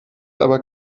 aber